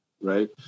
right